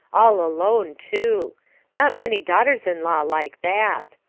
all alone, too not many daughters-in-law like that.